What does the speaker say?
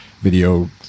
video